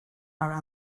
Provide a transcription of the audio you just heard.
are